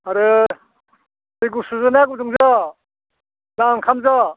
आरो दै गुसुजोंना गुदुंजों ना ओंखामजों